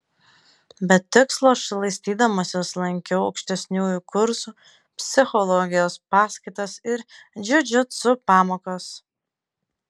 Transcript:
be tikslo šlaistydamasis lankiau aukštesniųjų kursų psichologijos paskaitas ir džiudžitsu pamokas